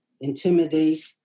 intimidate